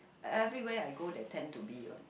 everywhere I go there tend to be one